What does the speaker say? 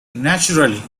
naturally